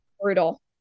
brutal